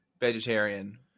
vegetarian